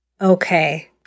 Okay